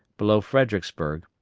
below fredericksburg,